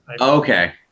Okay